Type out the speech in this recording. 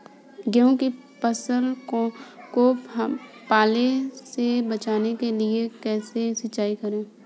गेहूँ की फसल को पाले से बचाने के लिए कैसे सिंचाई करें?